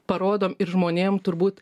parodom ir žmonėm turbūt